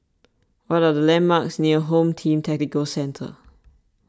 what are the landmarks near Home Team Tactical Centre